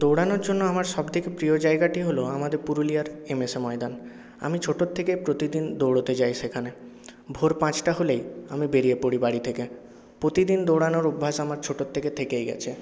দৌড়ানোর জন্য আমার সবথেকে প্রিয় জায়গাটি হল আমাদের পুরুলিয়ার এমএসএ ময়দান আমি ছোট থেকে প্রতিদিন দৌড়াতে যাই সেখানে ভোর পাঁচটা হলেই আমি বেরিয়ে পড়ি বাড়ি থেকে প্রতিদিন দৌড়ানোর অভ্যাস আমার ছোট থেকে থেকেই গিয়েছে